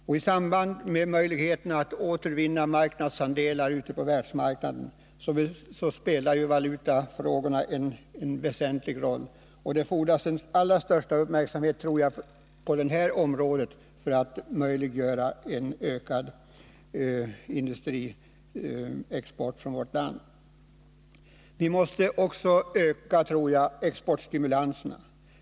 När det gäller möjligheterna att återvinna marknadsandelar ute på världsmarknaden spelar ju valutafrågorna en väsentlig roll. Jag tror att det fordras den allra största uppmärksamhet och beredskap för åtgärder på det här området för att möjliggöra en ökad industriexport från vårt land. Vi måste också öka exportstimulanserna.